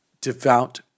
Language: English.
devout